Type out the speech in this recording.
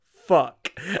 fuck